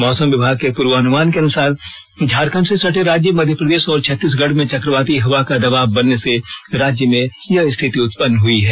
मौसम विभाग के पूर्वानुमान के अनुसार झारखंड से सटे राज्य मध्य प्रदेश और छत्तीसगढ़ में चक्रवाती हवा का दवाब बनने से राज्य में यह स्थिति उत्पन्न हुई है